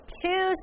two